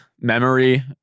memory